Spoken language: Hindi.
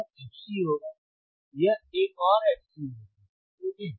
यह fc होगा यह एक और fc होगा ठीक है